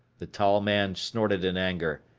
the tall man snorted in anger.